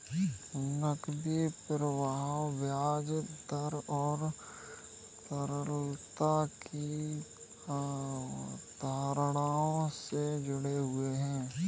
नकदी प्रवाह ब्याज दर और तरलता की अवधारणाओं से जुड़े हुए हैं